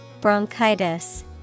Bronchitis